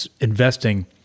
investing